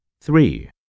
Three